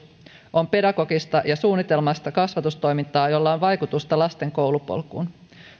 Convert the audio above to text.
on pedagogista ja suunnitelmallista kasvatustoimintaa jolla on vaikutusta lasten koulupolkuun